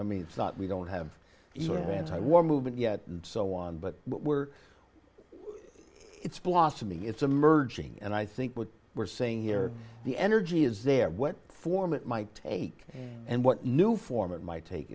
i mean we don't have either anti war movement yet and so on but we're it's blossoming it's emerging and i think what we're seeing here the energy is there what form it might take and what new form it might take